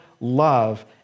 love